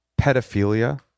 pedophilia